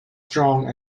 strong